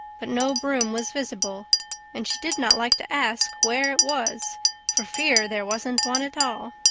but no broom was visible and she did not like to ask where it was for fear there wasn't one at all.